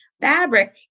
fabric